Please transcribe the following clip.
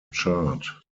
chart